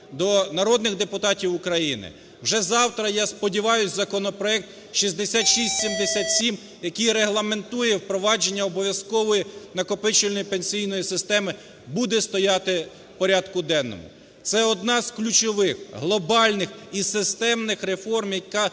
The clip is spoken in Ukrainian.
до народних депутатів України. Вже завтра, я сподіваюсь, законопроект 6677, який регламентує впровадження обов'язкової накопичувальної пенсійної системи, буде стояти в порядку денному. Це одна з ключових, глобальних і системних реформ, яка